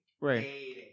Right